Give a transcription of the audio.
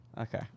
okay